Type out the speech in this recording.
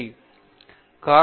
பேராசிரியர் பிரதாப் ஹரிதாஸ் சரி